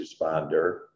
responder